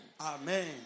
Amen